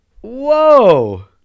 Whoa